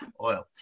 oil